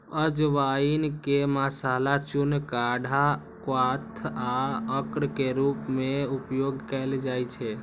अजवाइन के मसाला, चूर्ण, काढ़ा, क्वाथ आ अर्क के रूप मे उपयोग कैल जाइ छै